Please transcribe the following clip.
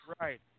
Right